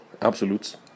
absolutes